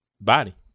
body